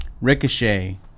Ricochet